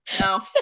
No